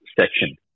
section